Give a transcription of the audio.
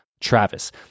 Travis